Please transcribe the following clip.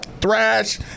Thrash